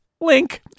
link